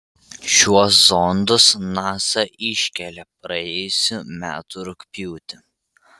šiuo zondus nasa iškėlė praėjusių metų rugpjūtį